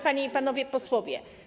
Panie i Panowie Posłowie!